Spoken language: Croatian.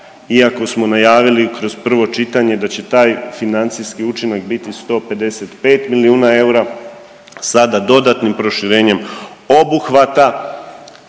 iako smo najavili kroz prvo čitanje da će taj financijski učinak biti 155 milijuna eura, sada dodatnim proširenjem obuhvata